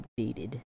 updated